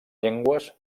llengües